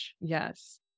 Yes